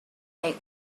make